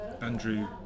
Andrew